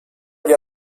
gli